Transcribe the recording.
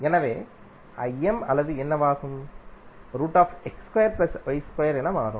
எனவே அளவு என்னவாகும் என மாறும்